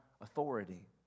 authority